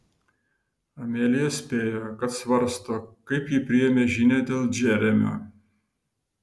amelija spėjo kad svarsto kaip ji priėmė žinią dėl džeremio